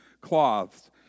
cloths